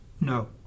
No